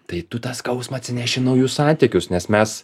tai tu tą skausmą atsineši į naujus santykius nes mes